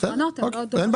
כי עקרונות הן לא דומות.